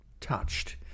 touched